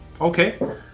okay